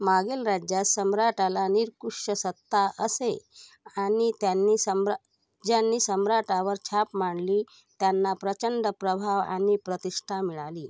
मागील राज्यास सम्राटाला निरकुश्श सत्ता असे आणि त्यांनी समरा ज्यांनी सम्राटावर छाप मांडली त्यांना प्रचंड प्रभाव आणि प्रतिष्ठा मिळाली